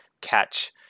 catch